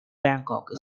bangkok